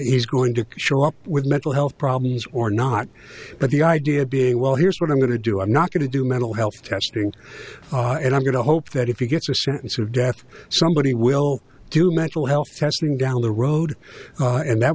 he's going to show up with mental health problems or not but the idea being well here's what i'm going to do i'm not going to do mental health testing and i'm going to hope that if you get sentenced to death somebody will do mental health testing down the road and that